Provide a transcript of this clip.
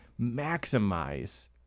maximize